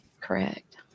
Correct